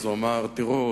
והוא אמר: "תראו,